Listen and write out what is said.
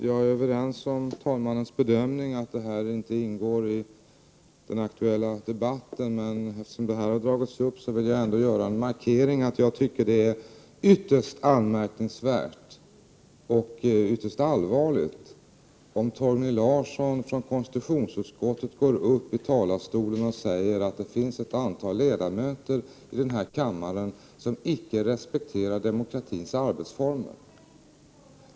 Herr talman! Jag delar talmannens bedömning att detta inte ingår i den aktuella debatten. Men eftersom frågan har tagits upp, vill jag ändå göra en markering genom att säga att jag anser det vara ytterst anmärkningsvärt och ytterst allvarligt när Torgny Larsson från konstitutionsutskottet går upp i talarstolen och säger att det finns ett antal ledamöter av denna kammare som icke respekterar demokratins arbetsformer.